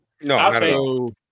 No